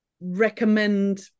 recommend